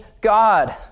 God